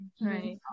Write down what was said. right